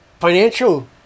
financial